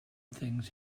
things